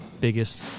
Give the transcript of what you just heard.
biggest